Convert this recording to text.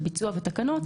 ביצוע ותקנות.